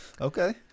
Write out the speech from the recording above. Okay